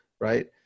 Right